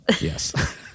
Yes